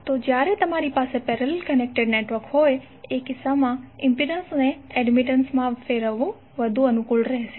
તો જ્યારે તમારી પાસે પેરેલલ કનેક્ટેડ નેટવર્ક હોય એ કિસ્સામાં ઇમ્પિડન્સને એડમિટન્સ માં ફેરવવું વધુ સારું છે